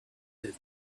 that